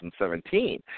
2017